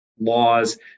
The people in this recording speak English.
laws